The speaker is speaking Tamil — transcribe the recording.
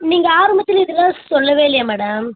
நீங்கள் ஆரம்பத்தில் இதெலாம் சொல்லவே இல்லையே மேடம்